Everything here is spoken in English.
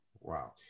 Wow